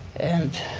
and